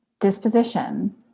disposition